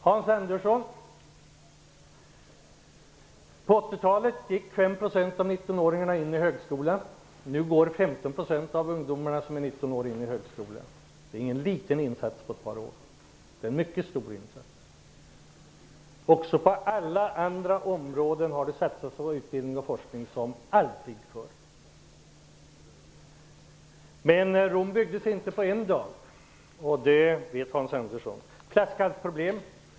Hans Andersson nämnde kompetensutveckling. På Nu går 15 % av de ungdomar som är 19 år in i högskolan. Det är ingen liten insats på ett par år. Det är en mycket stor insats. Också på alla andra områden har det satsats på utbildning och forskning som aldrig förr. Men Rom byggdes inte på en dag. Det vet Hans Andersson. Det finns flaskhalsproblem.